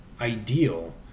ideal